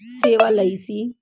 ਸੇਵਾ ਲਈ ਸੀ